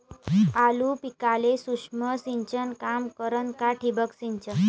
आलू पिकाले सूक्ष्म सिंचन काम करन का ठिबक सिंचन?